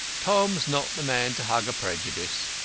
tom's not the man to hug a prejudice.